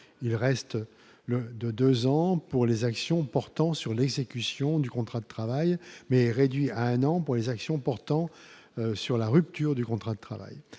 il reste le de 2 ans pour les actions portant sur l'exécution du contrat de travail, mais réduit à un an pour les actions portant sur la rupture du contrat de travail,